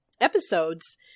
episodes